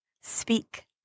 speak